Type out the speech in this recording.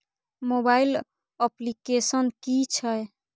Mobile application कि छै?